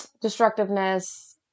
destructiveness